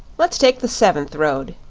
let's take the seventh road,